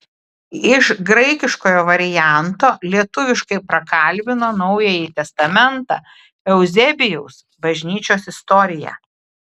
iš graikiškojo varianto lietuviškai prakalbino naująjį testamentą euzebijaus bažnyčios istoriją